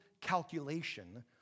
calculation